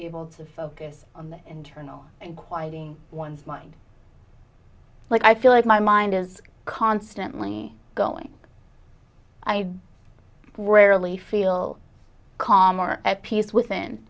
able to focus on the internal and quieting one's mind like i feel like my mind is constantly going i rarely feel calm are at peace within